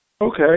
Okay